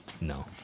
No